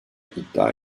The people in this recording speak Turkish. iddia